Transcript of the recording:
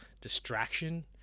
distraction